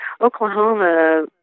Oklahoma